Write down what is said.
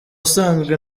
usanzwe